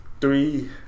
Three